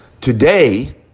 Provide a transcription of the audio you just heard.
today